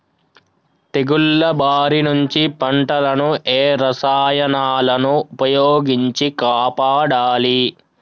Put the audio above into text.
తెగుళ్ల బారి నుంచి పంటలను ఏ రసాయనాలను ఉపయోగించి కాపాడాలి?